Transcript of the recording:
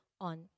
on